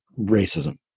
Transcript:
racism